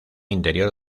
interior